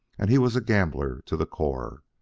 and he was a gambler to the core.